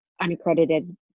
unaccredited